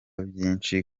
byinshi